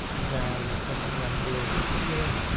then the second one will and be be here,